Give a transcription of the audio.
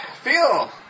Feel